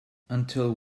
until